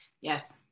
yes